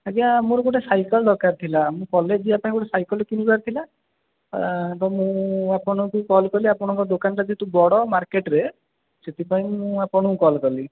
ଆଜ୍ଞା ମୋର ଗୋଟେ ସାଇକେଲ ଦରକାର ଥିଲା ମୁଁ କଲେଜ ଯିବା ପାଇଁ ଗୋଟେ ସାଇକେଲ କିଣିବାର ଥିଲା ଏଁ ତ ମୁଁ ଆପଣଙ୍କୁ କଲ୍ କଲି ଆପଣଙ୍କ ଦୋକାନ ଯେହେତୁ ବଡ଼ ମାର୍କେଟ୍ରେ ସେଥିପାଇଁ ମୁଁ ଆପଣଙ୍କୁ କଲ୍ କଲି